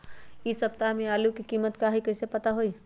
इ सप्ताह में आलू के कीमत का है कईसे पता होई?